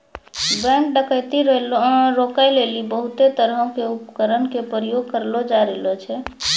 bank डकैती रोकै लेली बहुते तरहो के उपकरण के प्रयोग करलो जाय रहलो छै